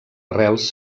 arrels